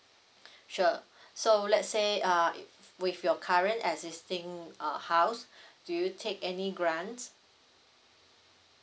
sure so let's say uh with your current existing uh house do you take any grants